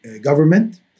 government